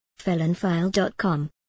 felonfile.com